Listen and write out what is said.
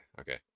Okay